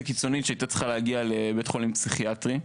קיצונית שהייתה צריכה להגיע לבית חולים פסיכיאטרי,